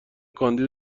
کاندید